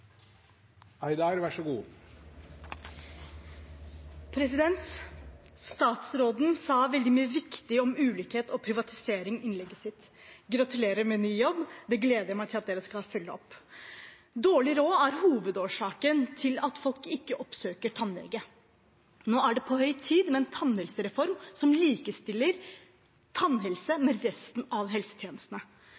Statsråden sa veldig mye viktig om ulikhet og privatisering i innlegget sitt. Gratulerer med ny jobb! Dette gleder jeg meg til at dere skal følge opp. Dårlig råd er hovedårsaken til at folk ikke oppsøker tannlege. Nå er det på høy tid med en tannhelsereform som likestiller tannhelse